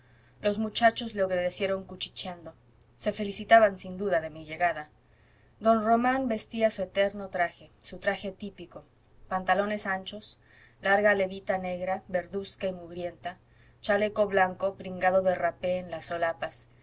los muchachos le obedecieron cuchicheando se felicitaban sin duda de mi llegada don román vestía su eterno traje su traje típico pantalones anchos larga levita negra verduzca y mugrienta chaleco blanco pringado de rapé en las solapas